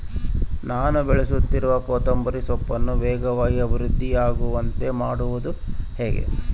ನಾನು ಬೆಳೆಸುತ್ತಿರುವ ಕೊತ್ತಂಬರಿ ಸೊಪ್ಪನ್ನು ವೇಗವಾಗಿ ಅಭಿವೃದ್ಧಿ ಆಗುವಂತೆ ಮಾಡುವುದು ಹೇಗೆ?